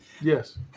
Yes